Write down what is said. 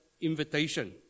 invitation